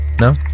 no